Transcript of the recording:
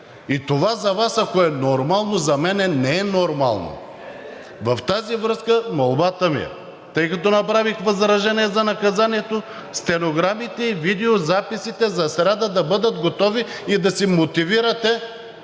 Това за Вас ако е нормално, за мен не е нормално. В тази връзка молбата ми е – тъй като направих възражение за наказанието, стенограмите и видеозаписите за сряда да бъдат готови и да си мотивирате